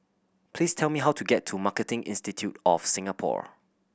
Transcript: please tell me how to get to Marketing Institute of Singapore